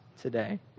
today